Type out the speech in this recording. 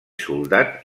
soldat